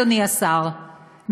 אדוני השר,